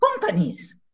companies